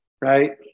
right